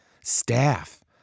Staff